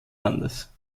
landes